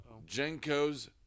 Jenko's